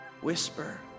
whisper